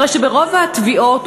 הרי שברוב התביעות,